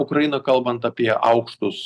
ukrainą kalbant apie aukštus